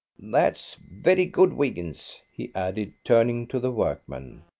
that's very good, wiggins, he added turning to the workman.